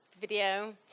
video